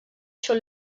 sur